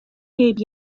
heb